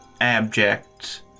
abject